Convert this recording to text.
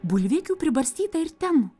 bulvikių pribarstyta ir ten